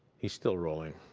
he's still rolling.